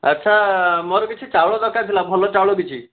ଆଚ୍ଛା ମୋର କିଛି ଚାଉଳ ଦରକାର ଥିଲା ଭଲ ଚାଉଳ କିଛି